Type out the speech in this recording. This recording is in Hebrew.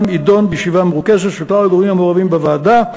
יידון בישיבה מרוכזת של כלל הגורמים המעורבים בוועדה,